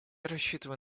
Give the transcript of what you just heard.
рассчитываю